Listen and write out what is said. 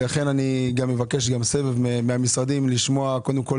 לכן אבקש סבב מהמשרדים לשמוע נתונים,